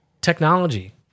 technology